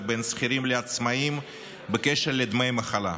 בין שכירים לעצמאים בקשר לדמי מחלה,